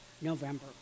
November